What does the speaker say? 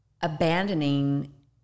abandoning